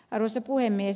arvoisa puhemies